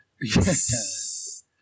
Yes